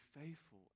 faithful